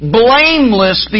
blameless